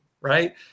right